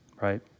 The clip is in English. Right